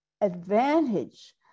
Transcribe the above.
advantage